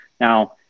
Now